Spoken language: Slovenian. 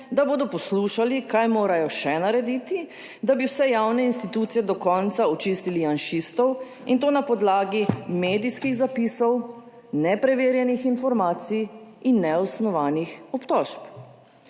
da bodo poslušali kaj morajo še narediti, da bi vse javne institucije do konca očistili »janšistov« in to na podlagi medijskih zapisov nepreverjenih informacij in neosnovanih obtožb.